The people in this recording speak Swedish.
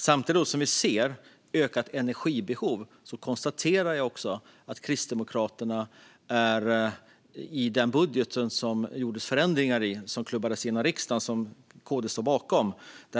Samtidigt som vi ser ett ökat energibehov konstaterar jag att man i den budget som klubbades igenom, som Kristdemokraterna står bakom och som det gjordes förändringar i,